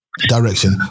direction